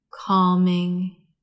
calming